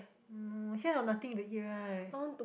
um here got nothing to eat right